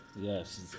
Yes